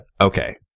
Okay